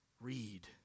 read